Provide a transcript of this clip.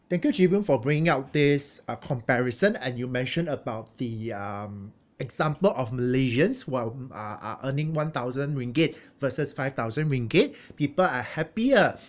thank you chee boon for bringing out this uh comparison and you mentioned about the um example of malaysians who are um uh uh uh earning one thousand ringgit versus five thousand ringgit people are happier